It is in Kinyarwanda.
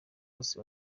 bose